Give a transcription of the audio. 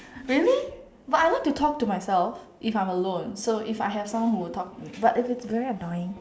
really but I like to talk to myself if I'm alone so if I have someone who will talk to me but if it's very annoying